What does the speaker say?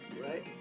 Right